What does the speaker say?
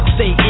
Stay